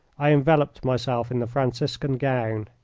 i enveloped myself in the franciscan gown.